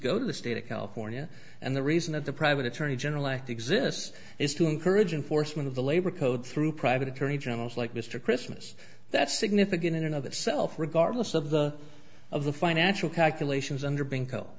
go to the state of california and the reason that the private attorney general act exists is to encourage and force one of the labor code through private attorney generals like mr christmas that's significant in and of itself regardless of the of the financial calculations under bingo